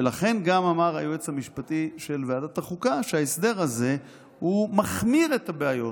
ולכן גם אמר היועץ המשפטי של ועדת החוקה שההסדר הזה מחמיר את הבעיות.